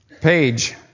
Page